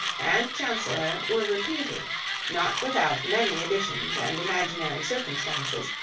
and chancellor were repeated not without many additions and imaginary circumstances,